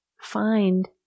find